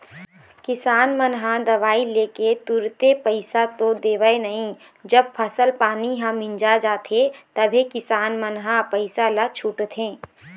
किसान मन ह दवई लेके तुरते पइसा तो देवय नई जब फसल पानी ह मिंजा जाथे तभे किसान मन ह पइसा ल छूटथे